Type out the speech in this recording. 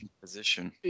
position